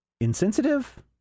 insensitive